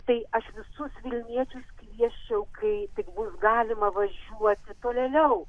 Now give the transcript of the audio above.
tai aš visus vilniečius kviesčiau kai tik bus galima važiuoti tolėliau